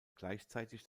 gleichzeitig